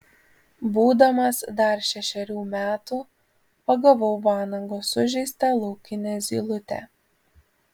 būdamas dar šešerių metų pagavau vanago sužeistą laukinę zylutę